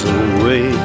away